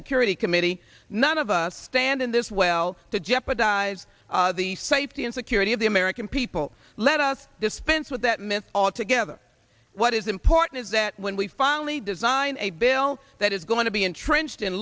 security committee none of us stand in this well to jeopardize the safety and security of the american people let us dispense with that myth altogether what is important is that when we finally design a bill that is going to be entrenched in